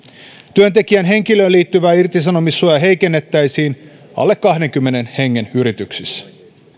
työntekijän henkilöön liittyvää irtisanomissuojaa heikennettäisiin alle kahdenkymmenen hengen yrityksissä